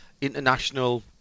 International